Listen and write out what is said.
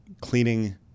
cleaning